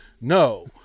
no